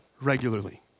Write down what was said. regularly